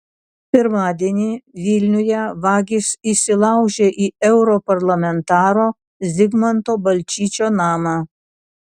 pirmadienį vilniuje vagys įsilaužė į europarlamentaro zigmanto balčyčio namą